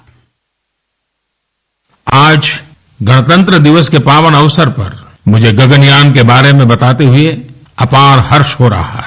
bite आज गणतंत्र दिवस के पावन अवसर पर गुझे गगनयान के बारे में बताते हुए अपार हर्ष हो रहा है